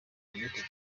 limited